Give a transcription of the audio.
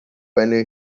para